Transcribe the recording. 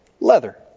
leather